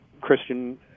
Christian